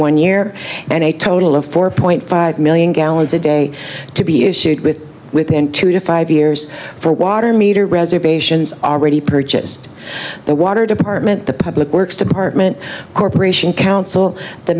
one year and a total of four point five million gallons a day to be issued with within two to five years for water meter reservations already purchased the water department the public works department corporation council th